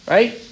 Right